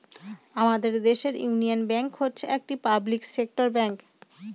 আমাদের দেশের Union Bank হচ্ছে একটি পাবলিক সেক্টর ব্যাঙ্ক